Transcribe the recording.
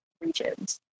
regions